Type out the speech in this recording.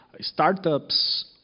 startups